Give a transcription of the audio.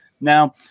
Now